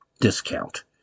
discount